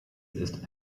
ist